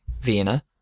Vienna